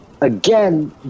again